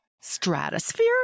stratosphere